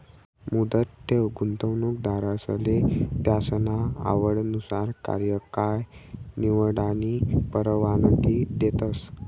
मुदत ठेव गुंतवणूकदारसले त्यासना आवडनुसार कार्यकाय निवडानी परवानगी देतस